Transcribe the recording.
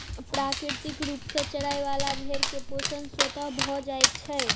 प्राकृतिक रूप सॅ चरय बला भेंड़ के पोषण स्वतः भ जाइत छै